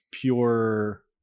pure